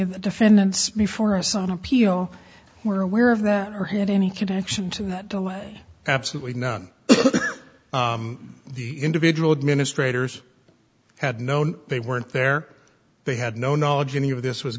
of the defendants before us on appeal were aware of that her had any connection to that absolutely none of the individual administrators had known they weren't there they had no knowledge any of this was